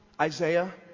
Isaiah